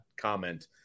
comment